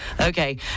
Okay